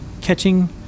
catching